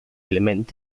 element